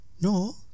No